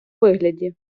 вигляді